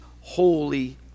Holy